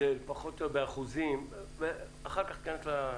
אני לא אגביל אותך.